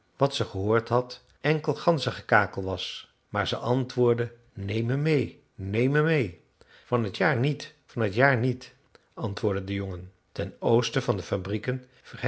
wat ze gehoord had enkel ganzengekakel was maar ze antwoordde neem me meê neem me meê van t jaar niet van t jaar niet antwoordde de jongen ten oosten van de fabrieken